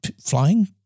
flying